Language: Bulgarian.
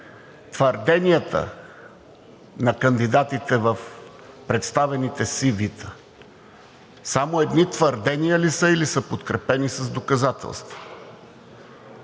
твърденията на кандидатите в представените CV-та само едни твърдения ли са, или са подкрепени с доказателства?